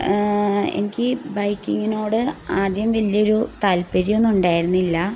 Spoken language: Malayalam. എനിക്ക് ബൈക്കിങ്ങിനോട് ആദ്യം വലിയൊരു താല്പര്യമൊന്നും ഉണ്ടായിരുന്നില്ല